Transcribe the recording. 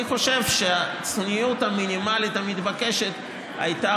אני חושב שהצניעות המינימלית המתבקשת הייתה